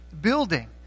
building